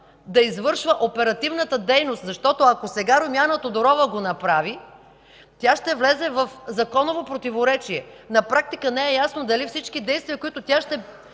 да извършва оперативната дейност. Защото ако сега Румяна Тодорова го направи, тя ще влезе в законово противоречие. На практика не е ясно дали всички действия, които тя ще